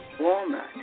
Walnut